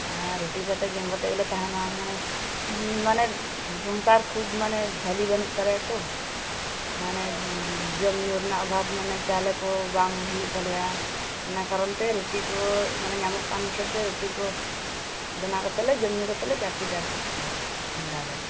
ᱟᱨ ᱨᱩᱴᱤ ᱠᱟᱛᱮ ᱡᱚᱢ ᱠᱟᱛᱮ ᱜᱮᱞᱮ ᱛᱟᱦᱮᱱᱟ ᱢᱟᱱᱮ ᱥᱚᱝᱥᱟ ᱠᱷᱩᱵ ᱢᱟᱱᱮ ᱵᱷᱟᱞᱮ ᱵᱟᱹᱱᱩᱜ ᱛᱟᱞᱮᱭᱟ ᱛᱚ ᱢᱟᱱᱮ ᱡᱚᱢ ᱧᱩ ᱨᱮᱱᱟᱜ ᱚᱵᱷᱟᱵ ᱢᱟᱱᱮ ᱪᱟᱣᱞᱮ ᱠᱚ ᱵᱟᱝ ᱦᱩᱭᱩᱜ ᱛᱟᱞᱮᱭᱟ ᱚᱱᱟ ᱠᱟᱨᱚᱱ ᱛᱮ ᱨᱩᱴᱤ ᱠᱚ ᱧᱟᱢᱚᱜ ᱠᱟᱱ ᱠᱷᱮᱛᱨᱮ ᱨᱩᱴᱤ ᱠᱚ ᱵᱮᱱᱟᱣ ᱠᱟᱛᱮ ᱞᱮ ᱡᱚᱢ ᱧᱩ ᱠᱟᱛᱮ ᱞᱮ ᱡᱟᱹᱯᱤᱫᱟ ᱟᱨ ᱪᱮᱫ ᱪᱚᱝ ᱧᱤᱫᱟᱹ ᱫᱚ